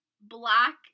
black